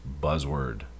buzzword